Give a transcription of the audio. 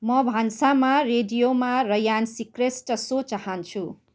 म भान्सामा रेडियोमा रयान सिक्रेस्ट सो चाहन्छु